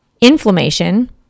inflammation